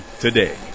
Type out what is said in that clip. today